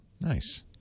Nice